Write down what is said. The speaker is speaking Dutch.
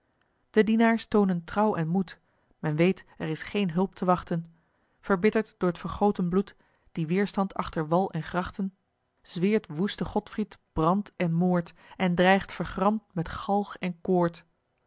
de dienaars toonen trouw en moed men weet er is geen hulp te wachten verbitterd door t vergoten bloed dien weerstand achter wal en grachten zweert woeste godfried brand en moord en dreigt vergramd met galg en koord